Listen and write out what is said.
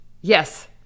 Yes